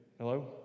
Hello